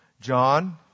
John